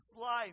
life